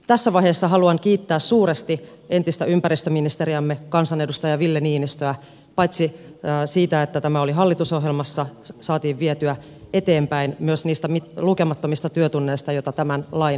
tässä vaiheessa haluan kiittää suuresti entistä ympäristöministeriämme kansanedustaja ville niinistöä paitsi siitä että tämä oli hallitusohjelmassa saatiin vietyä eteenpäin myös niistä lukemattomista työtunneista joita tämän lain läpimenon edestä uhrasit